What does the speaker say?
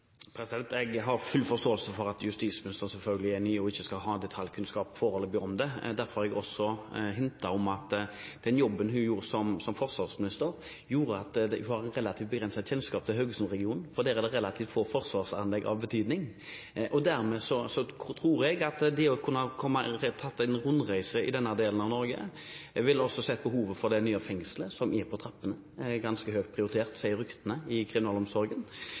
Jeg har full forståelse for at justisministeren er ny og ikke har detaljkunnskap om forholdene rundt dette. Jeg har hintet om at den jobben hun gjorde som forsvarsminister, gjorde at hun har relativt begrenset kjennskap til Haugesund-regionen, for der er det relativt få forsvarsanlegg av betydning. Dermed tror jeg at ved å ta en rundreise i denne delen av Norge ville hun sett behovet for det nye fengselet som er på trappene – det er ganske høyt prioritert, sier ryktene i kriminalomsorgen